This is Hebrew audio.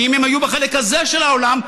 כי אם היו בחלק הזה של האולם,